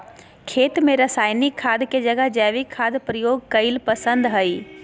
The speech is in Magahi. खेत में रासायनिक खाद के जगह जैविक खाद प्रयोग कईल पसंद हई